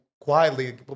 quietly